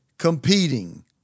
competing